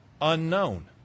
unknown